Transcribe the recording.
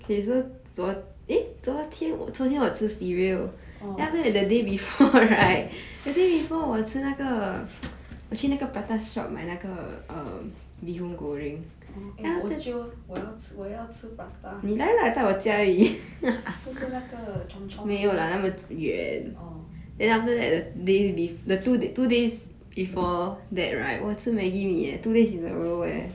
orh orh eh bo jio 我要吃我要吃 prata 不是那个 chomp chomp 那边 orh